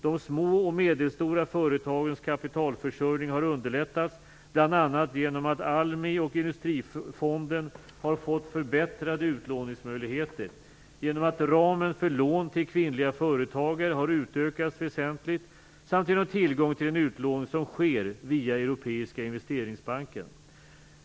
De små och medelstora företagens kapitalförsörjning har underlättats bl.a. genom att ALMI och Industrifonden har fått förbättrade utlåningsmöjligheter, genom att ramen för lån till kvinnliga företagare har utökats väsentligt samt genom tillgång till den utlåning som sker via Europeiska investeringsbanken.